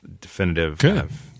definitive